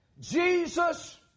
Jesus